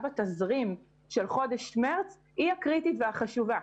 בתזרים של חודש מרץ היא הקריטית והחשובה.